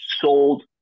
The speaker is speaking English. sold